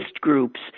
groups